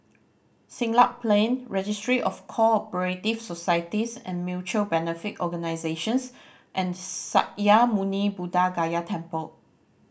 Siglap Plain Registry of Co Operative Societies and Mutual Benefit Organisations and Sakya Muni Buddha Gaya Temple